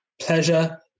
pleasure